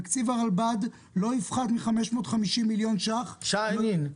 תקציב הרלב"ד לא יפחת מ-550 מיליון ש"ח --- שיינין,